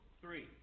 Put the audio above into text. three